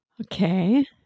Okay